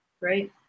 Right